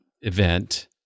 event